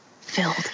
filled